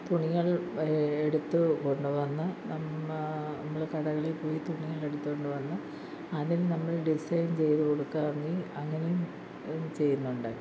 തുണികൾ എടുത്ത് കൊണ്ടുവന്ന് നമ്മൾ നമ്മൾ കടകളിൽ പോയി തുണികൾ എടുത്തുകൊണ്ടുവന്ന് അതിൽ നമ്മൾ ഡിസൈൻ ചെയ്തു കൊടുക്കുവാണെങ്കിൽ അങ്ങനെയും ചെയ്യുന്നുണ്ട്